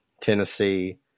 Tennessee